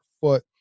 foot